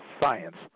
science